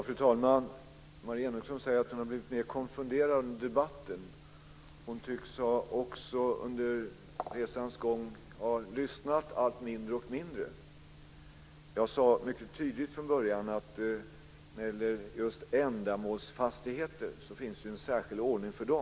Fru talman! Annelie Enochson säger att hon har blivit mer konfunderad under debatten. Hon tycks också under resans gång ha lyssnat allt mindre. Jag sade mycket tydligt från början att när det gäller just ändamålsfastigheter så finns det ju en särskild ordning för dem.